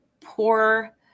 poor